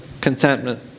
Contentment